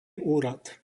úrad